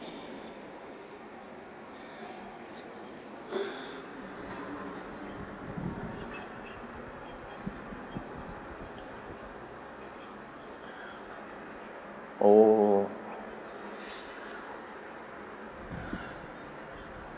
oh